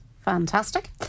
Fantastic